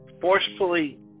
forcefully